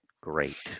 Great